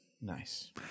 nice